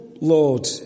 Lord